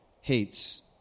hates